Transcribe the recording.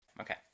Okay